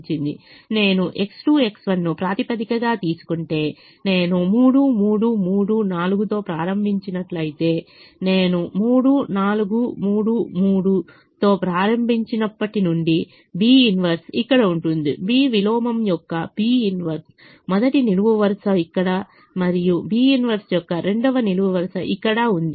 నేను X2 X1 ను ప్రాతిపదికగా తీసుకుంటే నేను 3 3 3 4 తో ప్రారంభించినట్లయితే నేను 3 4 3 3 తో ప్రారంభించినప్పటి నుండి B 1 ఇక్కడ ఉంటుంది B విలోమం యొక్క B 1 మొదటి నిలువ వరుస ఇక్కడ మరియు B 1 యొక్క రెండవ నిలువ వరుస ఇక్కడ ఉంది